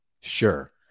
Sure